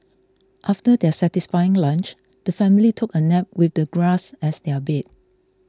after their satisfying lunch the family took a nap with the grass as their bed